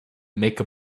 make